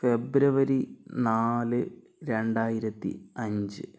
ഫെബ്രുവരി നാല് രണ്ടായിരത്തി അഞ്ച്